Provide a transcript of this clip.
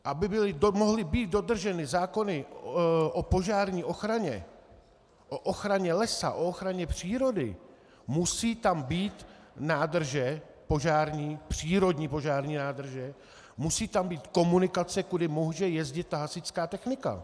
Aby mohly být dodrženy zákony o požární ochraně, o ochraně lesa, o ochraně přírody, musí tam být požární nádrže, přírodní požární nádrže, musí tam být komunikace, kudy může jezdit hasičská technika.